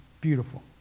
beautiful